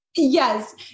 Yes